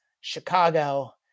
Chicago